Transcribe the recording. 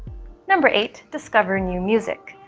number eight discover new music.